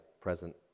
present